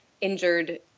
injured